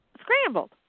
Scrambled